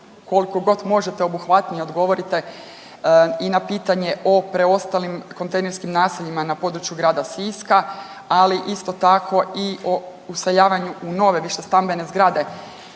koliko god možete obuhvatnije odgovorite i na pitanje o preostalim kontejnerskim naseljima na području grada Siska, ali isto tako i u useljavanju u nove višestambene zgrade